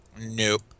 Nope